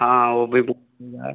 हाँ वो भी बुक किया है